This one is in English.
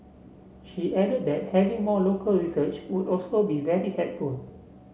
she added that having more local research would also be very helpful